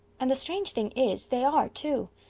and the strange thing is, they are, too.